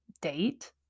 date